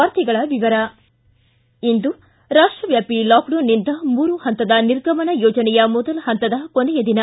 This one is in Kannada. ವಾರ್ತೆಗಳ ವಿವರ ಇಂದು ರಾಷ್ಷವ್ಯಾಪಿ ಲಾಕ್ಡೌನ್ನಿಂದ ಮೂರು ಹಂತದ ನಿರ್ಗಮನ ಯೋಜನೆಯ ಮೊದಲ ಹಂತದ ಕೊನೆಯ ದಿನ